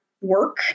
work